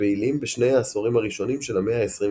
שפעילים בשני העשורים הראשונים של המאה ה-21